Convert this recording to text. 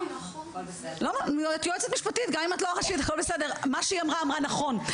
מה שהיא אמרה אמרה נכון,